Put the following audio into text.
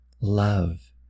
love